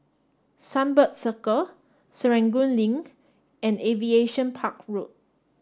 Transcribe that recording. Sunbird Circle Serangoon Link and Aviation Park Road